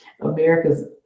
America's